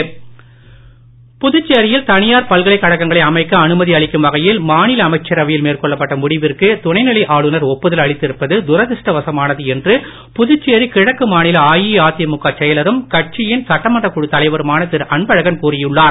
அன்பழகன் புதுச்சேரியில்தனியார்பல்கலைகழகங்களைஅமைக்கஅனுமதி அளிக்கும்வகையில் மாநிலஅமைச்சரவையில்மேற்கொள்ளப்பட்டமுடிவிற்குதுணைநிலைஆளு நர்ஒப்புதல்அளித்திருப்பது துரதிருஷ்டவசமானதுஎன்றுபுதுச்சேரிகிழக்குமாநிலஅஇஅதிமுகசெயலரு ம் கட்சியின்சட்டமன்றகுழுத்தலைவருமானதிருஅன்பழகன்கூறியுள்ளார்